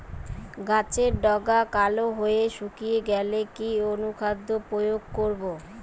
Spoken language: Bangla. গাছের ডগা কালো হয়ে শুকিয়ে গেলে কি অনুখাদ্য প্রয়োগ করব?